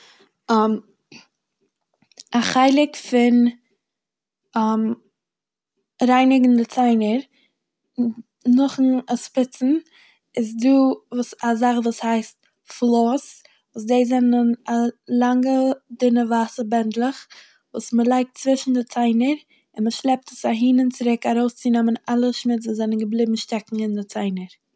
א חלק פון רייניגן די ציינער נ- נאכ'ן עס פוצן איז דא וואס- א זאך וואס הייסט פלאס וואס דעס זענען א- לאנגע ווייסע בענדלעך וואס מ'לייגט צווישן די ציינער און מ'שלעפט עס אהין און צוריק ארויסצונעמען אלע שמוץ וואס זענען געבליבן שטעקן אין די ציינער.